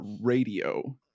radio